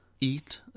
Eat